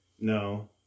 no